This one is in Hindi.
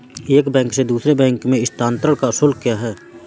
एक बैंक से दूसरे बैंक में स्थानांतरण का शुल्क क्या है?